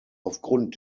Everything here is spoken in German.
aufgrund